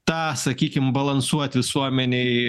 tą sakykim balansuot visuomenėj